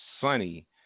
sunny